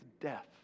death